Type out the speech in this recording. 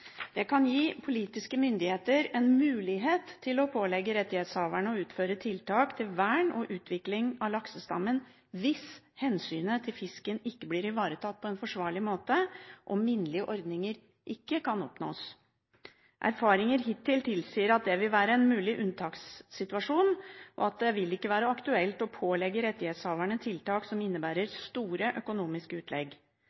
Det kan gi politiske myndigheter en mulighet til å pålegge rettighetshaverne å utføre tiltak for vern og utvikling av laksestammen hvis hensynet til fisken ikke blir ivaretatt på en forsvarlig måte og minnelige ordninger ikke kan oppnås. Erfaringer hittil tilsier at det vil være en mulig unntakssituasjon, og at det ikke vil være aktuelt å pålegge rettighetshaverne tiltak som